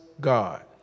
God